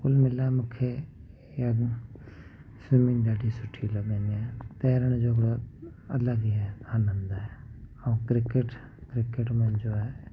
त कुल मिलाए मूंखे हीअ आहे स्विमिंग ॾाढी सुठी लॻंदी आहे तरण जो बि अलॻि ई आहे आनंद आहे ऐं क्रिकेट क्रिकेट मुंहिंजो आहे